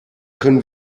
können